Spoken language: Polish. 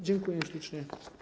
Dziękuję ślicznie.